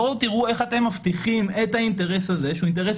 בואו תראו איך אתם מבטיחים את האינטרס הזה שהוא אינטרס